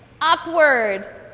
upward